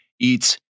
eats